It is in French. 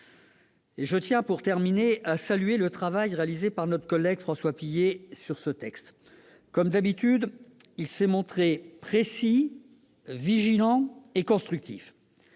Je tiens, enfin, à saluer le travail réalisé par notre collègue François Pillet sur ce texte. Comme d'habitude, il s'est montré précis, vigilant et constructif.